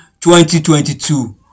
2022